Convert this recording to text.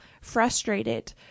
frustrated